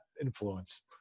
influence